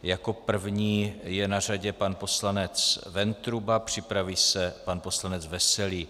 Jako první je na řadě pan poslanec Ventruba, připraví se pan poslanec Veselý.